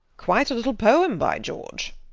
quite a little poem, by george